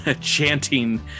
chanting